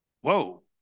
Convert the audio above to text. whoa